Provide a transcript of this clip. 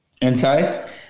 Inside